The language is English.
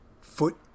Foot